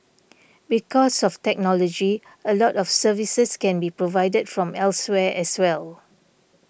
because of technology a lot of services can be provided from elsewhere as well